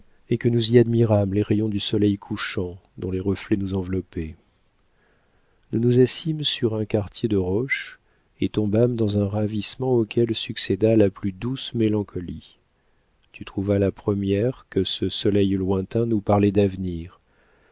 et que nous y admirâmes les rayons du soleil couchant dont les reflets nous enveloppaient nous nous assîmes sur un quartier de roche et tombâmes dans un ravissement auquel succéda la plus douce mélancolie tu trouvas la première que ce soleil lointain nous parlait d'avenir